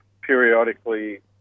periodically